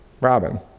Robin